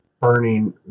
burning